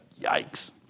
Yikes